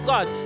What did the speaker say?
God